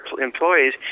employees